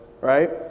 right